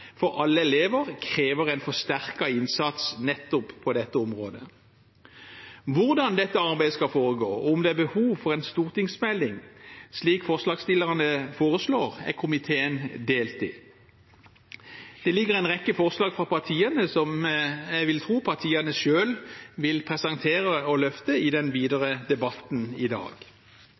for alle elever, krever en forsterket innsats nettopp på dette området. Når det gjelder hvordan dette arbeidet skal foregå, og om det er behov for en stortingsmelding, slik forslagsstillerne foreslår, er komiteen delt. Det ligger en rekke forslag fra partiene som jeg vil tro partiene selv vil presentere og løfte i den videre debatten i dag.